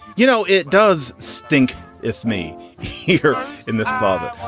you know, it does stink if me here in this closet.